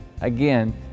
Again